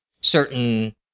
certain